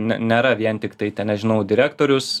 ne nėra vien tiktai ten nežinau direktorius